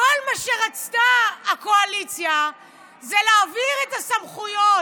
כל מה שרצתה הקואליציה זה להעביר את הסמכויות